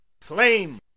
flame